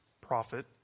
prophet